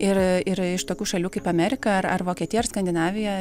ir ir iš tokių šalių kaip amerika ar ar vokietija ar skandinavija